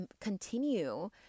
continue